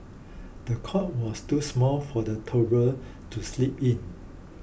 the cot was too small for the toddler to sleep in